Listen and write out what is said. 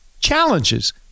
Challenges